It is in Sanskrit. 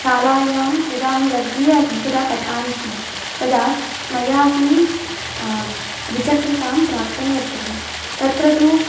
शालायां यदाहं लघ्वी आसं तदा पठामि स्म तदा मया अपि द्विचक्रिकां प्राप्तं वर्तते तत्र तु